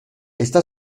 está